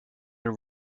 and